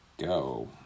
go